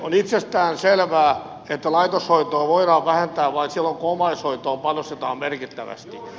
on itsestään selvää että laitoshoitoa voidaan vähentää vain silloin kun omaishoitoon panostetaan merkittävästi